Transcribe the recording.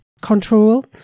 control